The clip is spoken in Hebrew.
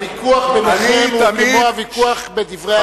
הוויכוח ביניכם הוא כמו הוויכוח בדברי הימים.